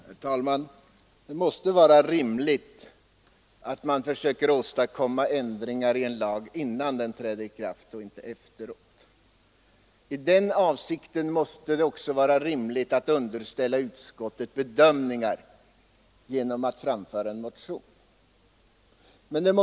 Herr talman! Det måste vara rimligt att försöka åstadkomma ändringar i en lag innan den träder i kraft och inte efteråt. I den avsikten måste det också vara rimligt att underställa frågan utskottets bedömning genom att väcka en motion.